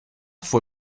fue